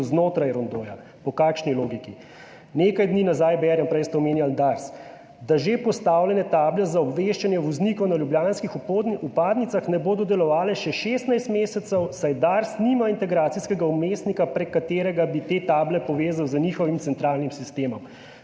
znotraj rondoja. Po kakšni logiki? Nekaj dni nazaj berem, prej ste omenjali Dars, da že postavljene table za obveščanje voznikov na ljubljanskih vpadnicah ne bodo delovale še 16 mesecev, saj Dars nima integracijskega vmesnika, prek katerega bi te table povezal z njihovim centralnim sistemom.